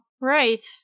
right